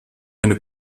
eine